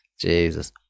Jesus